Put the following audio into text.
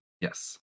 Yes